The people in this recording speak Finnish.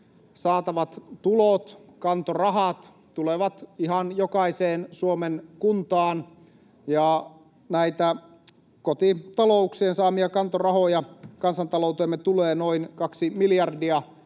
saatavat tulot, kantorahat, tulevat ihan jokaiseen Suomen kuntaan. Näitä kotitalouksien saamia kantorahoja kansantalouteemme tulee noin 2 miljardia